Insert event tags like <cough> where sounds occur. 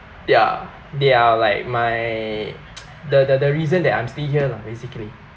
ya they are like my <noise> the the reason that I'm still here lah basically